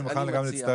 אני מוכן גם להצטרף.